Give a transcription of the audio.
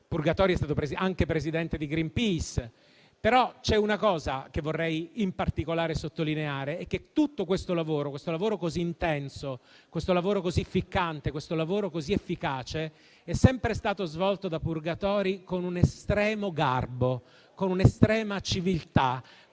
Purgatori è stato anche presidente di Greenpeace. Però, c'è una cosa che vorrei in particolare sottolineare: tutto questo lavoro così intenso, questo lavoro così ficcante, questo lavoro così efficace è sempre stato svolto da Purgatori con un estremo garbo, con un'estrema civiltà,